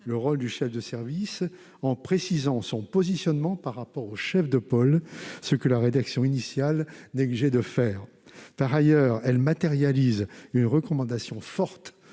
le rôle du chef de service, en précisant son positionnement par rapport au chef de pôle, ce que la rédaction initiale négligeait de faire. Par ailleurs, elles matérialisent une recommandation forte